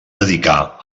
dedicà